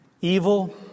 Evil